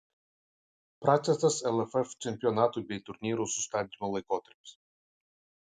pratęstas lff čempionatų bei turnyrų sustabdymo laikotarpis